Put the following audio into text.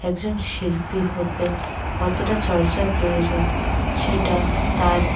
একজন শিল্পি হতে কতটা চর্চার প্রয়োজন সেটা তার